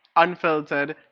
unfiltered,